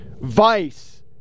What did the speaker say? vice